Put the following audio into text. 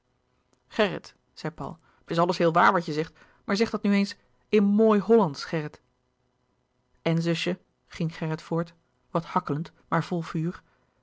gerrit zei paul het is alles heel waar wat je zegt maar zeg dat nu eens in mooi hollandsch gerrit en zusje ging gerrit voort wat hakkelend maar vol vuur